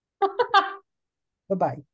Bye-bye